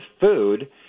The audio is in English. food